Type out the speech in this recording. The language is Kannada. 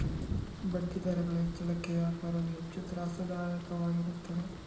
ಬಡ್ಡಿದರಗಳ ಹೆಚ್ಚಳಕ್ಕೆ ವ್ಯಾಪಾರವು ಹೆಚ್ಚು ತ್ರಾಸದಾಯಕವಾಗಿರುತ್ತದೆ